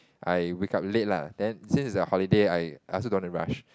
I wake up late lah then since it's a holiday I I also don't want to rush